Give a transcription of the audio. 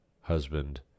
husband